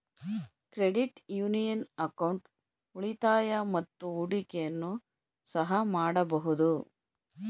credit union account ಉಳಿತಾಯ ಮತ್ತು ಹೂಡಿಕೆಯನ್ನು ಸಹ ಮಾಡಬಹುದು